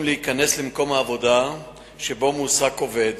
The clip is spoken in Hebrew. להיכנס למקום העבודה שבו מועסק עובד